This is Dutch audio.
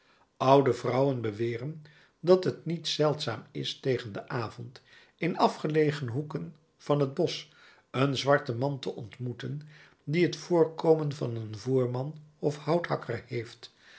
oude vrouwen beweren dat het niet zeldzaam is tegen den avond in afgelegen hoeken van het bosch een zwarten man te ontmoeten die het voorkomen van een voerman of houthakker heeft